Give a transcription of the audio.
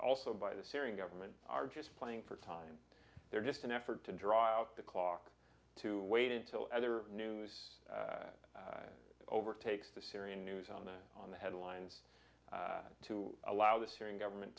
also by the syrian government are just playing for time they're just an effort to dry out the clock to wait until either news overtakes the syrian news on the on the headlines to allow the syrian government